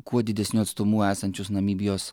kuo didesniu atstumu esančius namibijos